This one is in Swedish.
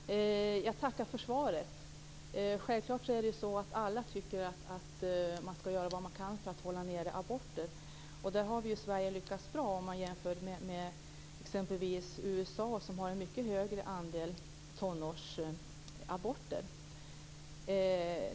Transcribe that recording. Fru talman! Jag tackar för svaret. Självklart tycker alla att man skall göra vad man kan för att hålla nere antalet aborter. Där har vi i Sverige lyckats bra jämfört med exempelvis USA som har en mycket större andel tonårsaborter.